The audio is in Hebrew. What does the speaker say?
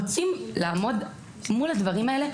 רוצים לעמוד מול הדברים האלה.